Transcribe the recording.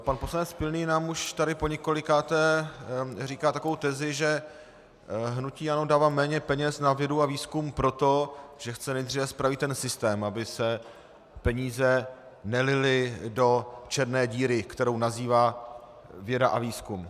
Pan poslanec Pilný nám už tady poněkolikáté říká takovou tezi, že hnutí ANO dává méně peněz na vědu a výzkum proto, že chce nejdříve spravit ten systém, aby se peníze nelily do černé díry, kterou nazývá věda a výzkum.